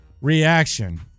reaction